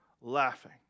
laughing